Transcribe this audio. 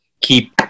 keep